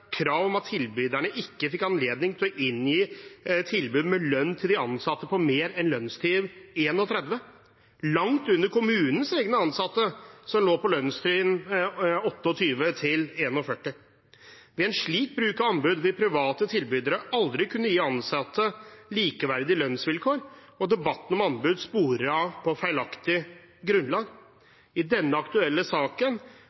krav om at tilbyderne ikke fikk anledning til å inngi tilbud med lønn til de ansatte på mer enn lønnstrinn 31, langt under kommunens egne ansatte, som lå på lønnstrinn 28–41. Ved en slik bruk av anbud vil private tilbydere aldri kunne gi ansatte likeverdige lønnsvilkår, og debatten om anbud sporer av på feilaktig